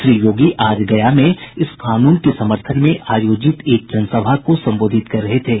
श्री योगी आज गया में इस कानून के समर्थन में आयोजित एक जनसभा को संबोधित कर रहे थे